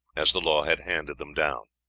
as the law had handed them down.